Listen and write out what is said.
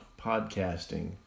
podcasting